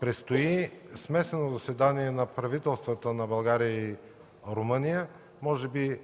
предстои смесено заседание на правителствата на България и Румъния – може би